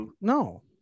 No